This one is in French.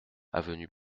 avenue